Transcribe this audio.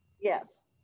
yes